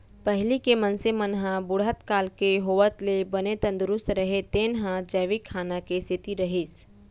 पहिली के मनसे मन ह बुढ़त काल के होवत ले बने तंदरूस्त रहें तेन ह जैविक खाना के सेती रहिस